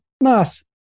nice